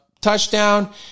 touchdown